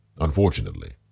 Unfortunately